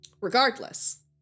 Regardless